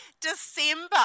December